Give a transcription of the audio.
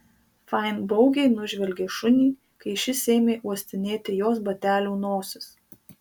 fain baugiai nužvelgė šunį kai šis ėmė uostinėti jos batelių nosis